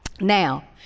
Now